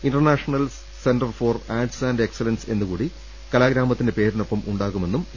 international centre for arts and excellence എന്നുകൂടി കലാഗ്രാമത്തിന്റെ പേരിനൊപ്പമുണ്ടാകുമെന്നും എ